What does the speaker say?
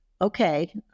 okay